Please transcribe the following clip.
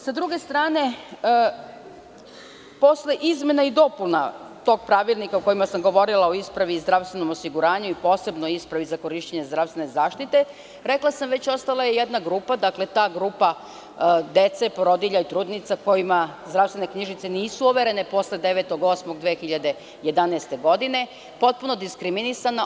S druge strane, posle izmena i dopuna tog pravilnika o kojima sam govorila, o ispravi i zdravstvenom osiguranju, posebno o ispravi za korišćenje zdravstvene zaštite, rekla sam već, ostala je jedna grupa dece, porodilja i trudnica kojima zdravstvene knjižice nisu overene posle 9. avgusta 2011. godine, potpuno diskriminisana.